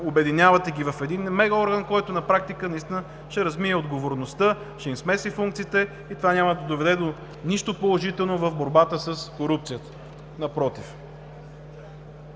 обединявате в един мегаорган, който на практика наистина ще размие отговорността, ще смеси функциите им и това няма да доведе до нищо положително в борбата с корупцията. Напротив!